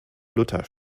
luther